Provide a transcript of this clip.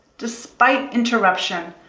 despite interruption,